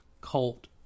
cult